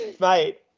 Mate